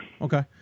Okay